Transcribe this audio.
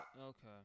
Okay